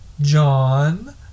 John